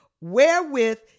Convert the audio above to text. Wherewith